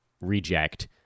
Reject